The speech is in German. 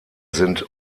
sind